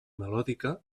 melòdica